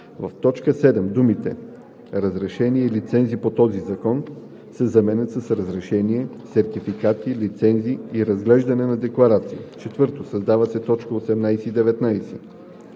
В т. 7 думите „разрешения и лицензи по този закон“ се заменят с „разрешения, сертификати, лицензи и разглеждане на декларации“. 4. Създават се т. 18 и 19: